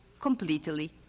completely